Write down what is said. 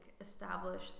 Establish